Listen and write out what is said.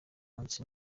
munsi